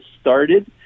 started